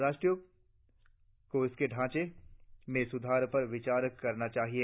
राष्ट्रों को इसके ढांचे में सुधार पर विचार करना चाहिए